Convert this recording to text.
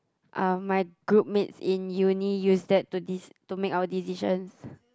um my group mates in uni use that to dec~ to make our decisions